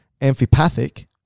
amphipathic